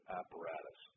apparatus